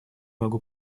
могу